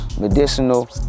medicinal